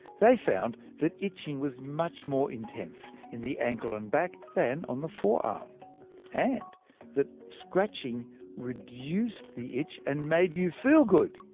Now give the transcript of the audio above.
they found that itching was much more intense in the ankle and back, than on the forearm and that scratching reduced the itch and made you feel good.